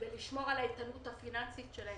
ושמירה על האיתנות הפיננסית שלהם.